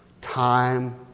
time